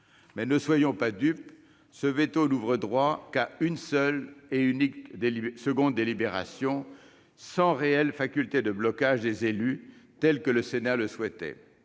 ne soyons pas dupes : ce veto n'ouvre droit qu'à une seule et unique seconde délibération, sans offrir de réelle faculté de blocage aux élus, comme le Sénat le souhaitait